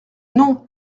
nom